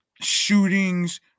shootings